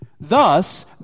Thus